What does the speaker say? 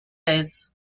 ties